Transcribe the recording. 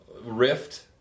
Rift